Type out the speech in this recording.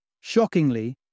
Shockingly